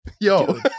yo